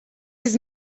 his